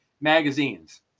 magazines